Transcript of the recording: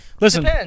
Listen